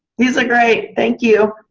these are great, thank you.